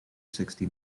sixty